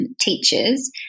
teachers